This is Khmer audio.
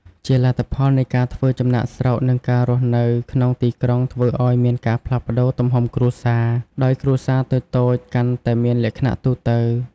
ជាលទ្ធផលនៃការធ្វើចំណាកស្រុក និងការរស់នៅក្នុងទីក្រុងធ្វើឲ្យមានការផ្លាស់ប្តូរទំហំគ្រួសារ ដោយគ្រួសារតូចៗ កាន់តែមានលក្ខណៈទូទៅ។